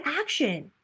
action